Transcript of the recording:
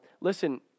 listen